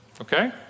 Okay